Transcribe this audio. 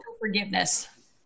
forgiveness